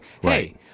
hey